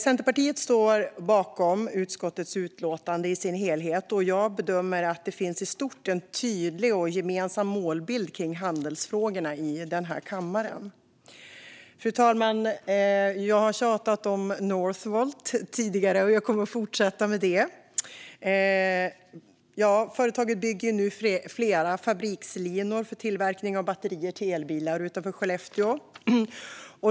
Centerpartiet står bakom utskottets utlåtande i dess helhet, och jag bedömer att det i stort finns en tydlig och gemensam målbild kring handelsfrågorna här i kammaren. Fru talman! Jag har tjatat om Northvolt tidigare, och jag kommer att fortsätta med det. Företaget bygger nu flera fabrikslinor utanför Skellefteå för tillverkning av batterier till elbilar.